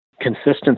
consistency